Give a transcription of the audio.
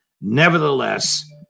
Nevertheless